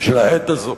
שלעת הזו,